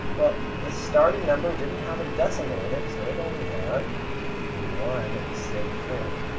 well, the starting number didn't have a decimal in it, so it only had one sig fig.